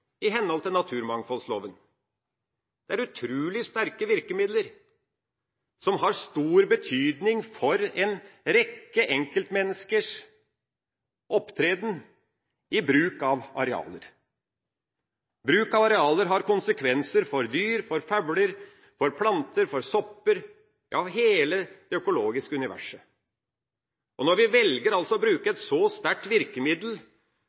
i henhold til naturmangfoldloven. Det er utrolig sterke virkemidler som har stor betydning for en rekke enkeltmenneskers opptreden i bruk av arealer. Bruk av arealer har konsekvenser for dyr, for fugler, for planter, for sopper – ja, hele det økologiske universet. Når vi velger å bruke et så sterkt virkemiddel